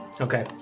Okay